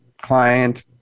client